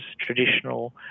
traditional